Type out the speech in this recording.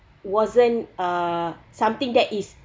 wasn't err something that is